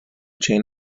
chain